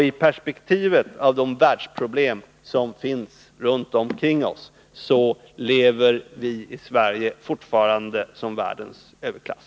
I perspektivet av de problem som finns runt omkring oss lever vi i Sverige fortfarande som världens överklass.